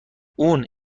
اون